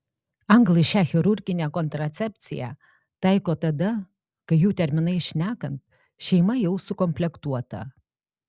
anglai šią chirurginę kontracepciją taiko tada kai jų terminais šnekant šeima jau sukomplektuota